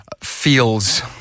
feels